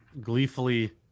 gleefully